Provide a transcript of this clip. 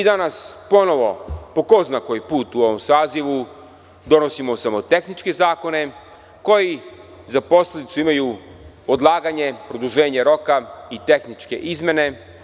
Danas ponovo po ko zna koji put u ovom sazivu donosimo samo tehničke zakone, koji za posledicu imaju odlaganje produženja roka i tehničke izmene.